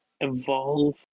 evolve